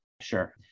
Sure